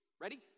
Ready